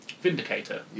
Vindicator